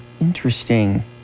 Interesting